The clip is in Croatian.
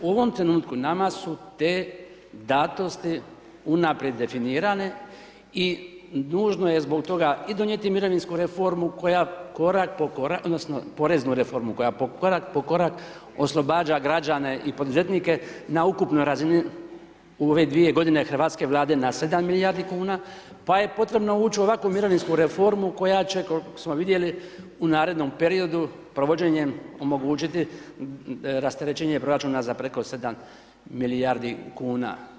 U ovom trenutku nama su te datosti unaprijed definirane i nužno je zbog toga i donijeti mirovinsku reformu koja korak po korak odnosno poreznu reformu koja korak po korak oslobađa građane i poduzetnike na ukupnoj razini u ove dvije godine hrvatske Vlade na 7 milijardi kuna, pa je potrebno ući u ovakvu mirovinsku reformu koja će, koliko smo vidjeli, u narednom periodu provođenjem, omogućiti rasterećenje proračuna za preko 7 milijardi kuna.